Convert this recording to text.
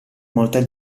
molta